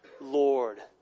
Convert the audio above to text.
Lord